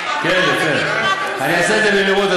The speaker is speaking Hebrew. אני אעשה את זה במהירות,